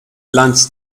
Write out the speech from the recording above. lunch